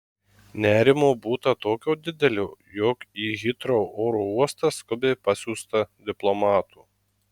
nerimo būta tokio didelio jog į hitrou oro uostą skubiai pasiųsta diplomatų